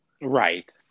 Right